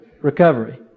recovery